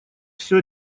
все